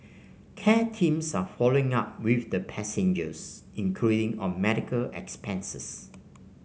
care teams are following up with the passengers including on medical expenses